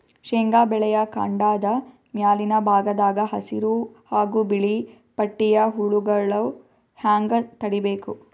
ಶೇಂಗಾ ಬೆಳೆಯ ಕಾಂಡದ ಮ್ಯಾಲಿನ ಭಾಗದಾಗ ಹಸಿರು ಹಾಗೂ ಬಿಳಿಪಟ್ಟಿಯ ಹುಳುಗಳು ಹ್ಯಾಂಗ್ ತಡೀಬೇಕು?